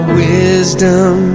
wisdom